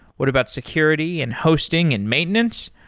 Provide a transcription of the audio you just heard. what about security and hosting and maintenance?